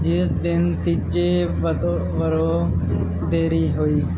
ਜਿਸ ਦੇ ਨਤੀਜੇ ਵਜੋਂ ਵਰੋ ਦੇਰੀ ਹੋਈ